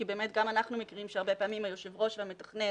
כי באמת גם אנחנו מכירים שהרבה פעמים היושב-ראש והמתכנן